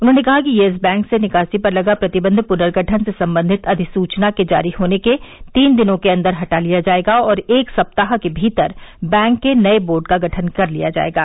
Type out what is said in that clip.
उन्होंने कहा कि येस बैंक से निकासी पर लगा प्रतिबंध प्नर्गठन से संबंधित अधिसुचना के जारी होने के तीन दिनों के अंदर हटा लिया जाएगा और एक सप्ताह के भीतर बैंक के नए बोर्ड का गठन कर लिया जाएगा